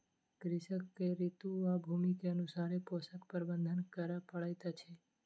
कृषक के ऋतू आ भूमि के अनुसारे पोषक प्रबंधन करअ पड़ैत अछि